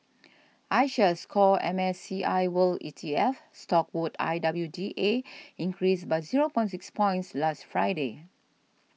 iShares Core M S C I world E T F stock code I W D A increased by zero point six points last Friday